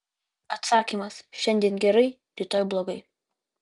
atsakymas šiandien gerai rytoj blogai